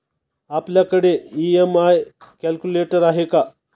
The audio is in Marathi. आपल्याकडे ई.एम.आय कॅल्क्युलेटर आहे का?